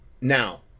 Now